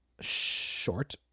Short